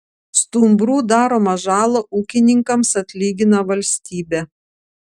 stumbrų daromą žalą ūkininkams atlygina valstybė